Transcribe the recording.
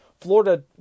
Florida